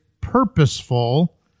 purposeful